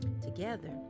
together